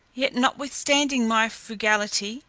yet, notwithstanding my frugality,